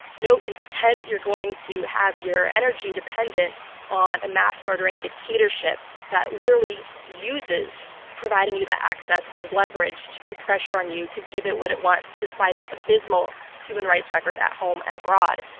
no, instead, you're going to have your energy dependent on a mass-murdering dictatorship that literally uses providing you that access as leverage to put pressure on you to give it what it wants despite its abysmal human rights record at home and abroad.